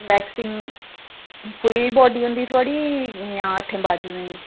waxing fully body होंदी थोहाड़ी जां हत्थें बाजुएं च